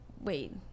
wait